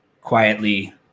quietly